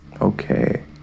okay